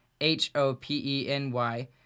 H-O-P-E-N-Y